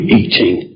eating